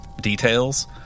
details